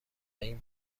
این